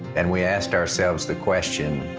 and we asked ourselves the question,